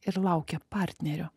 ir laukia partnerio